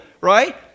right